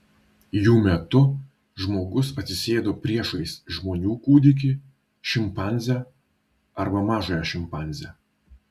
jų metu žmogus atsisėdo priešais žmonių kūdikį šimpanzę arba mažąją šimpanzę